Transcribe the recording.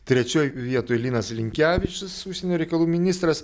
trečioj vietoj linas linkevičius užsienio reikalų ministras